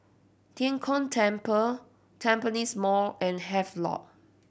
Tian Kong Temple Tampines Mall and Havelock